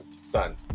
son